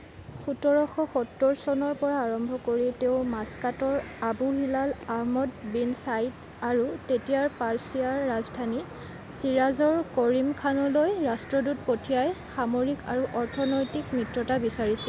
সোতৰশ সত্তৰ চনৰ পৰা আৰম্ভ কৰি তেওঁ মাস্কাটৰ Abu Hilal Ahmad bin Said আৰু তেতিয়াৰ পাৰ্চীয়াৰ ৰাজধানী শ্বিৰাজৰ কৰিম খানলৈ ৰাষ্ট্ৰদূত পঠিয়াই সামৰিক আৰু অৰ্থনৈতিক মিত্ৰতা বিচাৰিছিল